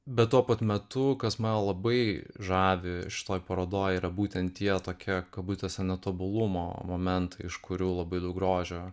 bet tuo pat metu kas mane labai žavi šitoj parodoj yra būtent tie tokie kabutėse netobulumo momentai iš kurių labai daug grožio